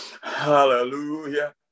hallelujah